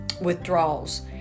withdrawals